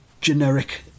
generic